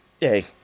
yay